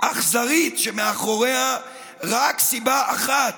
אכזרית, שמאחוריה רק סיבה אחת,